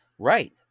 Right